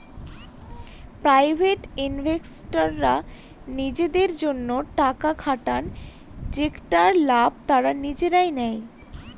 private ইনভেস্টররা নিজেদের জন্য টাকা খাটান যেটার লাভ তারা নিজেই নেয়